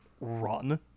run